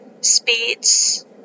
speeds